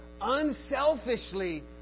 unselfishly